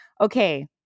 Okay